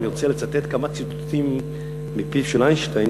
אני רוצה לצטט כמה ציטוטים מפיו של איינשטיין,